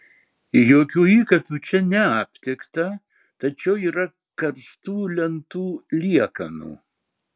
jokių įkapių čia neaptikta tačiau yra karstų lentų liekanų